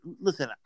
listen